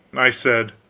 i said